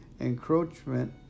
encroachment